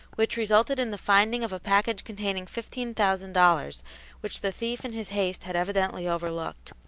which resulted in the finding of a package containing fifteen thousand dollars which the thief in his haste had evidently overlooked.